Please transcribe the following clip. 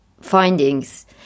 findings